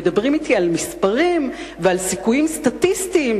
מדברים אתי על מספרים ועל סיכויים סטטיסטיים